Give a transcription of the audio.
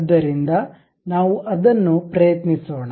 ಆದ್ದರಿಂದ ನಾವು ಅದನ್ನು ಪ್ರಯತ್ನಿಸೋಣ